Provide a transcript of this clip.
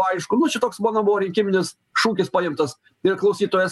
aišku nu čia toks mano buvo rinkiminis šūkis paimtas ir klausytojas